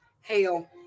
hell